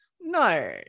No